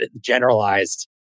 generalized